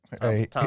Hey